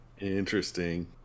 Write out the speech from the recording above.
Interesting